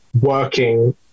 working